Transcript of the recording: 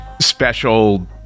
special